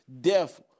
death